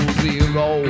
zero